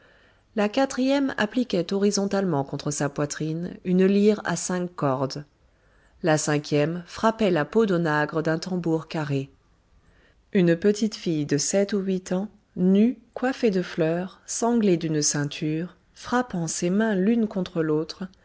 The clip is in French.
la quatrième appliquait horizontalement contre sa poitrine une lyre à cinq cordes la cinquième frappait la peau d'onagre d'un tambour carré une petite fille de sept ou huit ans nue coiffée de fleurs sanglée d'une ceinture frappant ses mains l'une contre l'autre